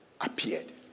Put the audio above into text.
appeared